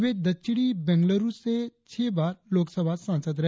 वे दक्षिणी बंगलूरु से छह बार लोकसभा सांसद रहे